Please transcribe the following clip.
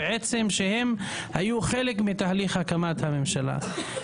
בעצם שהם היו חלק מתהליך הקמת הממשלה.